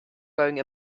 wearing